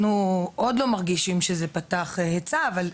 אנחנו עדיין לא מרגישים שזה פתח היצע אבל,